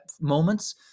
moments